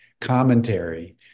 commentary